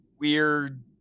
weird